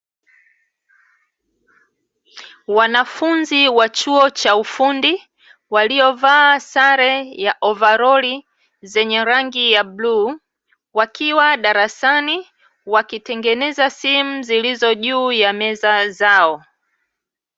Wanafunzi wa chuo cha ufundi waliovaa sare ya ovaroli zenye rangi ya bluu, wakiwa darasani wakitengeneza simu zilizo juu ya meza zao.